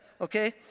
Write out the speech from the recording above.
okay